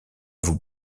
vous